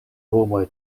homoj